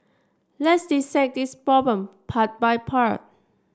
let's dissect this problem part by part